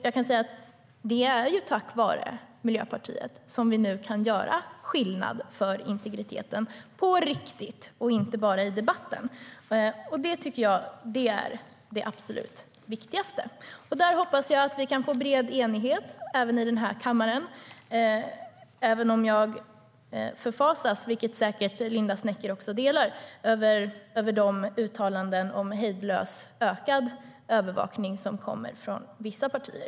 Jag kan säga att det är tack vare Miljöpartiet som vi nu kan göra skillnad för integriteten på riktigt och inte bara i debatten. Det tycker jag är det absolut viktigaste. Jag hoppas att vi kan få bred enighet också här i kammaren, även om jag förfasas - vilket säkert också Linda Snecker gör - av de uttalanden om hejdlös ökad övervakning som kommer från vissa partier.